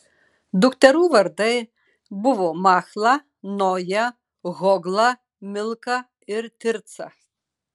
dukterų vardai buvo machla noja hogla milka ir tirca